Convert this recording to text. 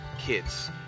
kids